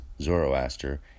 Zoroaster